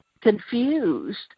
confused